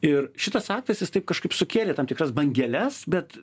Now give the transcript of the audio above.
ir šitas aktas jis taip kažkaip sukėlė tam tikras bangeles bet